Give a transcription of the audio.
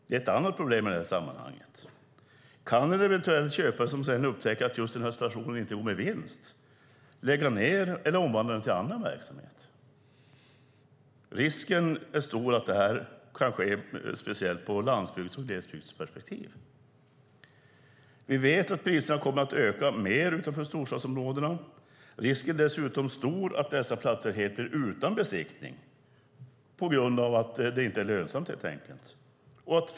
Det är ett annat problem i sammanhanget. Kan en eventuell köpare som upptäcker att den station han har köpt inte går med vinst lägga ned stationen eller omvandla den till annan verksamhet? Risken att detta sker är stor, kanske speciellt i landsbygds och glesbygdsperspektiv. Vi vet att priserna kommer att öka mer utanför storstadsområdena. Risken är dessutom stor att dessa platser blir helt utan besiktning på grund av att det inte är lönsamt, helt enkelt.